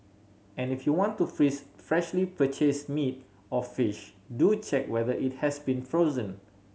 and if you want to freeze freshly purchase meat or fish do check whether it has been frozen